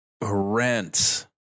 rent